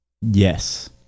Yes